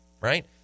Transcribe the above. Right